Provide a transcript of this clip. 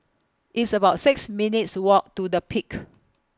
It's about six minutes' Walk to The Peak